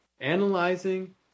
analyzing